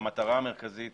המטרה המרכזית